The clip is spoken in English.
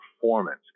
performance